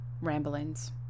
ramblings